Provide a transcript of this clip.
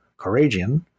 Coragian